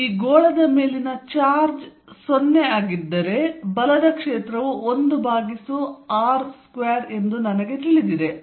ಈ ಗೋಳದ ಮೇಲಿನ ಚಾರ್ಜ್ 0 ಆಗಿದ್ದರೆ ಬಲದ ಕ್ಷೇತ್ರವು 1r2 ಎಂದು ನನಗೆ ತಿಳಿದಿದೆ"